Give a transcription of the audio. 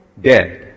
dead